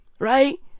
Right